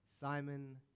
Simon